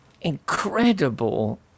incredible